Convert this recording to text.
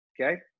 okay